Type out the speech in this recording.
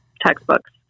textbooks